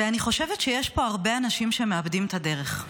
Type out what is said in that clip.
אני חושבת שיש פה הרבה אנשים שמאבדים את הדרך.